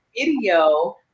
video